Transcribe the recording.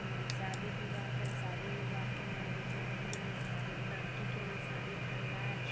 शादी बिवाह भेल शादी बिवाहके मार्केटिंग करै गेलै लड़कीके लेल साड़ी खरीदायल